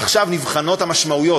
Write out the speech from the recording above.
עכשיו נבחנות המשמעויות,